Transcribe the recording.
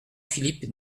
philippe